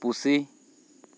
ᱯᱩᱥᱤ